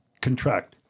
contract